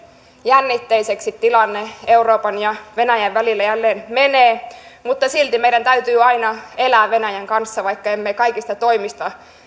jännitteiseksi tilanne euroopan ja venäjän välillä jälleen menee niin silti meidän täytyy aina elää venäjän kanssa vaikka emme kaikista toimista